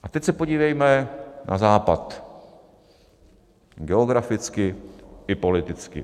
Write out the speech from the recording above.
A teď se podívejme na Západ, geograficky i politicky.